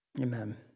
amen